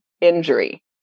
injury